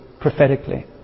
prophetically